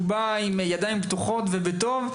הוא בא עם ידיים פתוחות ובטוב,